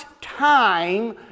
time